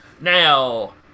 Now